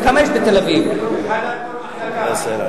כמה יועצים משפטיים יש שם?